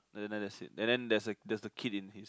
other than that that's it and then there's there's a kid in this